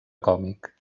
còmic